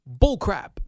bullcrap